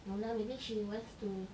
no lah maybe she wants to